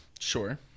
Sure